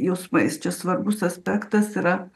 jausmais čia svarbus aspektas yra